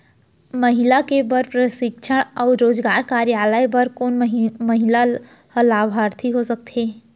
महिला के बर प्रशिक्षण अऊ रोजगार कार्यक्रम बर कोन महिला ह लाभार्थी हो सकथे?